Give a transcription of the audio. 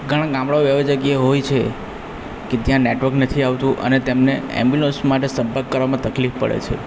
ઘણાં ગામડાઓ એવાં જગ્યાએ હોય છે કે ત્યાં નેટવર્ક નથી આવતું અને તેમને ઍમ્બ્યુલન્સ માટે સંપર્ક કરવામાં તકલીફ પડે છે